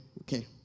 Okay